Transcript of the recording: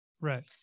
right